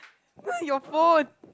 your phone